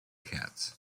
cats